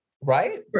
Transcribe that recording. right